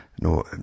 no